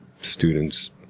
students